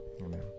Amen